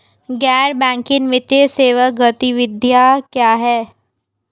गैर बैंकिंग वित्तीय सेवा गतिविधियाँ क्या हैं?